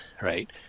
right